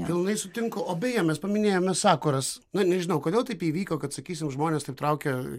pilnai sutinku o beje mes paminėjome sakuras na nežinau kodėl taip įvyko kad sakysim žmones taip traukia